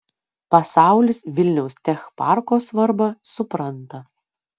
pasaulis vilniaus tech parko svarbą supranta